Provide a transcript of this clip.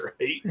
right